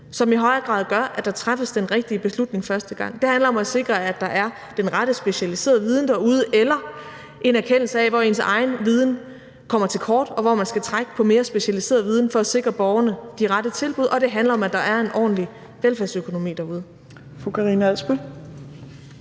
som i højere grad gør, at der træffes den rigtige beslutning første gang. Det handler om at sikre, at der er den rette specialiserede viden derude eller en erkendelse af, hvor ens egen viden kommer til kort, og hvor man skal trække på mere specialiseret viden for at sikre borgerne de rette tilbud. Og det handler om, at der er en ordentlig velfærdsøkonomi derude.